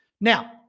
Now